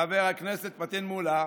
חבר הכנסת פטין מולא,